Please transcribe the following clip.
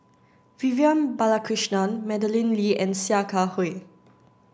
Vivian Balakrishnan Madeleine Lee and Sia Kah Hui